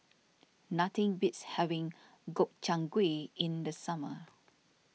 nothing beats having Gobchang Gui in the summer